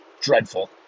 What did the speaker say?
dreadful